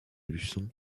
luçon